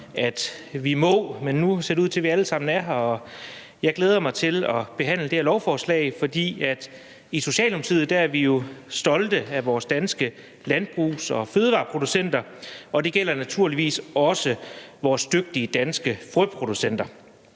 før vi må. Men nu ser det ud til, at vi alle sammen er her, og jeg glæder mig til at behandle det her lovforslag, for i Socialdemokratiet er vi jo stolte af vores danske landbrugs- og fødevareproducenter, og det gælder naturligvis også vores dygtige danske frøproducenter.